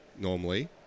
normally